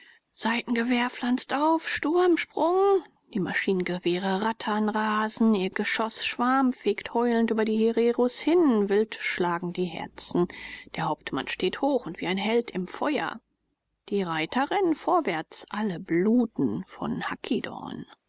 seitengewehr pflanzt auf sturm sprung die maschinengewehre rattern rasen ihr geschoßschwarm fegt heulend über die hereros hin wild schlagen die herzen der hauptmann steht hoch und wie ein held im feuer die reiter rennen vorwärts alle bluten vom